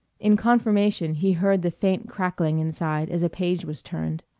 in confirmation he heard the faint crackling inside as a page was turned.